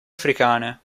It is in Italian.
africane